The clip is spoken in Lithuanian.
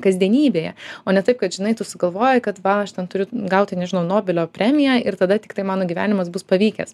kasdienybėje o ne taip kad žinai tu sugalvojai kad va aš ten turiu gauti nežinau nobelio premiją ir tada tiktai mano gyvenimas bus pavykęs